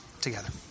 together